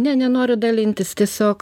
ne nenoriu dalintis tiesiog